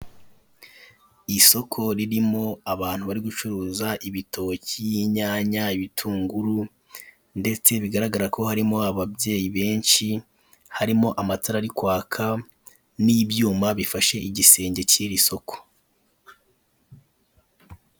Isoko ririrmo abantu bari gucuraza, ibitoki, inyanya n'ibitunguru. Ndetse bigarako harimo ababyeyi benshi, harimo n'ibyuma bifashe igisagi kiri soko.